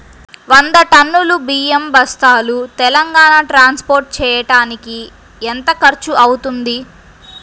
వంద టన్నులు బియ్యం బస్తాలు తెలంగాణ ట్రాస్పోర్ట్ చేయటానికి కి ఎంత ఖర్చు అవుతుంది?